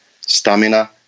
stamina